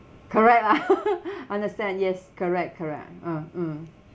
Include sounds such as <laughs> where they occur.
correct ah <laughs> understand yes correct correct um mm